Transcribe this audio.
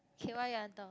K what you want talk